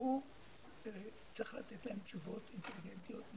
והוא צריך לתת להם תשובות אינטליגנטיות,